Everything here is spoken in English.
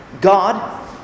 God